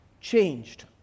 changed